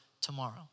tomorrow